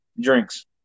drinks